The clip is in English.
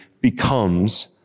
becomes